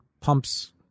pumps